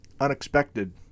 unexpected